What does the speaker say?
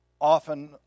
often